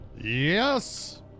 Yes